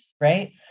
right